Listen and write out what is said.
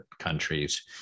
countries